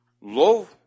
low